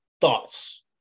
thoughts